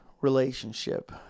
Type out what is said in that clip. relationship